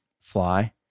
fly